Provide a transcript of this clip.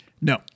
No